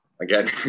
again